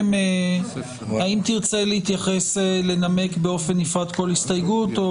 האם תרצה להתייחס באופן מנומק כול הסתייגות או